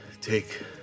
Take